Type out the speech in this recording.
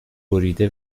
بریده